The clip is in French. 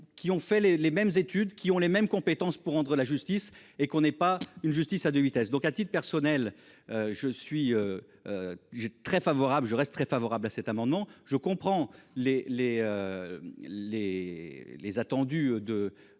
qui ont fait les mêmes études, qui ont les mêmes compétences pour rendre la justice et qu'on n'est pas une justice à 2 vitesses, donc à titre personnel je suis. Très favorable. Je reste très favorable à cet amendement. Je comprends les les.